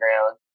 ground